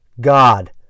God